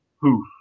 poof